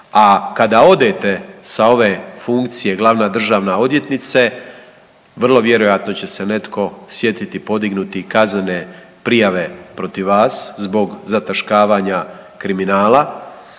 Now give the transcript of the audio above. A kada odete sa ove funkcije glavna državna odvjetnice, vrlo vjerojatno će se netko sjetiti podignuti kaznene prijave protiv vas zbog zataškavanja kriminala,